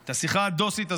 את השיחה הדוסית הזאת,